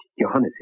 Johannes